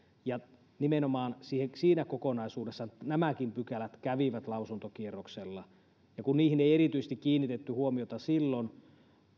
ja nimenomaan siinä kokonaisuudessa nämäkin pykälät kävivät lausuntokierroksella kun niihin ei ei erityisesti kiinnitetty huomiota silloin